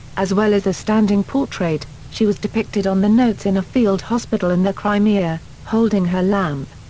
as well as a standing portrait, she was depicted on the notes in a field hospital in the crimea, holding her lamp.